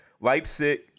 Leipzig